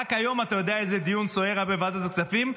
רק היום אתה יודע איזה דיון סוער בוועדת הכספים,